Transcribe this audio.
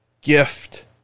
gift